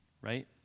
right